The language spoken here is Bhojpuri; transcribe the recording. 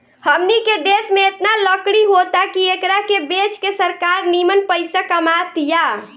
हमनी के देश में एतना लकड़ी होता की एकरा के बेच के सरकार निमन पइसा कमा तिया